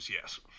yes